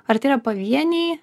ar tai yra pavieniai